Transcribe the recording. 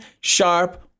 sharp